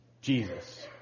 Jesus